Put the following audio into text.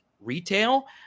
retail